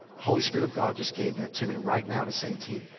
holy spirit of god just gave that to me right now to say to you.